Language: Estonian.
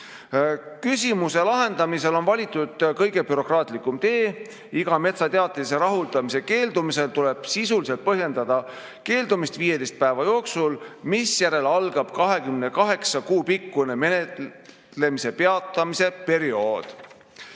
Küsimuse lahendamisel on valitud kõige bürokraatlikum tee. Iga metsateatise rahuldamise keeldumisel tuleb sisuliselt põhjendada keeldumist 15 päeva jooksul, mis järel algab 28 kuu pikkune menetlemise peatamise periood.